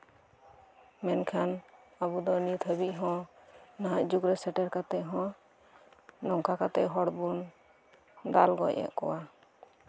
ᱢᱮᱱᱠᱷᱟᱱ ᱟᱵᱚ ᱫᱚ ᱱᱤᱛ ᱦᱟᱹᱵᱤᱡ ᱦᱚᱸ ᱱᱟᱦᱟᱜ ᱡᱩᱜᱽ ᱨᱮ ᱥᱮᱴᱮᱨ ᱠᱟᱛᱮ ᱦᱚᱸ ᱱᱚᱝᱠᱟ ᱠᱟᱛᱮ ᱦᱚᱲ ᱵᱚᱱ ᱫᱟᱞ ᱜᱚᱡ ᱮᱫ ᱠᱚᱣᱟ